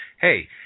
hey